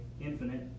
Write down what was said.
infinite